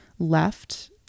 Left